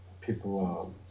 People